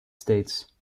states